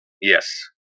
Yes